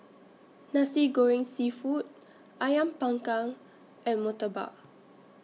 Nasi Goreng Seafood Ayam Panggang and Murtabak